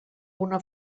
una